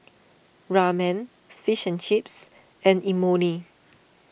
Ramen Fish and Chips and Imoni